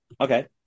Okay